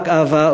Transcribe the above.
רק אהבה.